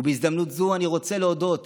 ובהזדמנות זאת אני רוצה להודות